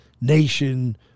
nation